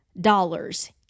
dollars